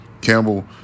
Campbell